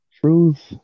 Truth